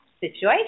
situation